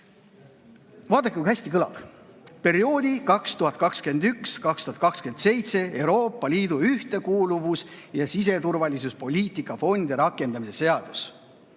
Vaadake, kui hästi kõlab: perioodi 2021–2027 Euroopa Liidu ühtekuuluvus- ja siseturvalisuspoliitika fondide rakendamise seadus.